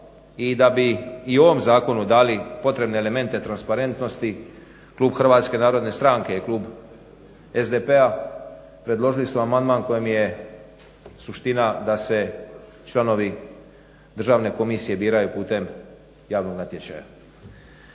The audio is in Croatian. i da bi i ovom zakonu dali potrebne elemente transparentnosti, klub HNS-a i klub SDP-a predložili su amandman kojem je suština da se članovi Državne komisije biraju putem javnog natječaja.